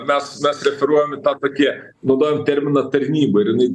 mes mes referuojam į tą tokį naudojam terminą tarnyba ir jinai